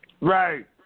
Right